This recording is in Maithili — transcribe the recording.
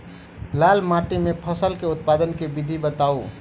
लाल माटि मे फसल केँ उत्पादन केँ विधि बताऊ?